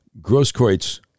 Grosskreutz